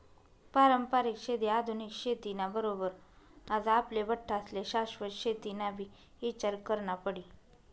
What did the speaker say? पारंपरिक शेती आधुनिक शेती ना बरोबर आज आपले बठ्ठास्ले शाश्वत शेतीनाबी ईचार करना पडी